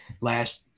last